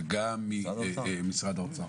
וגם ממשרד האוצר,